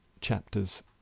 chapters